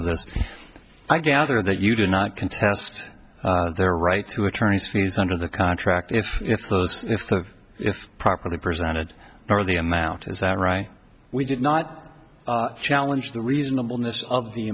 of this i gather that you do not contest their right to attorneys fees under the contract if if those if the if properly presented are the amount is that right we did not challenge the reasonableness of the